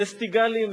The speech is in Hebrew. פסטיגלים,